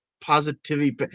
positivity